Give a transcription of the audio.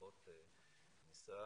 לפחות ניסע